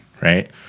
right